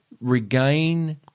regain